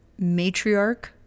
matriarch